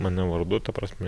mane vardu ta prasme